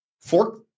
fork